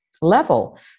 level